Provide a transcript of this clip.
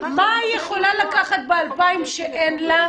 מה היא יכולה לקחת ב-2,000 שאין לה?